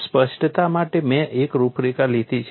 સ્પષ્ટતા માટે મેં એક રૂપરેખા લીધી છે